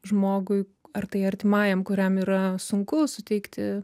žmogui ar tai artimajam kuriam yra sunku suteikti